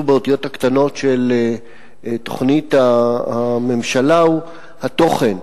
באותיות הקטנות של תוכנית הממשלה הוא התוכן.